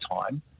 time